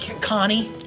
Connie